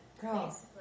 girls